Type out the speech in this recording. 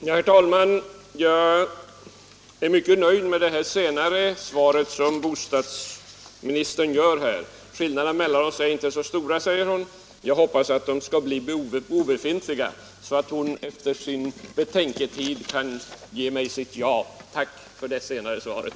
Herr talman! Jag är mycket nöjd med det senaste beskedet som bostadsministern gav. Skillnaderna mellan oss är inte så stora, säger hon. Jag hoppas att de skall bli obefintliga, så att bostadsministern efter sin betänketid kan ge mig sitt ja. Tack för det senare svaret!